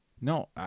No